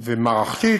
מערכתית.